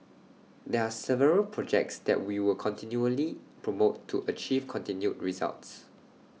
there are several projects that we will continually promote to achieve continued results